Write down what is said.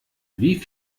wie